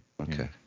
Okay